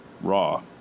RAW